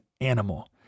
animal